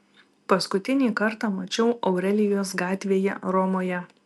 paskutinį kartą mačiau aurelijos gatvėje romoje